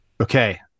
okay